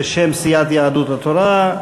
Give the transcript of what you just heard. בשם סיעת יהדות התורה.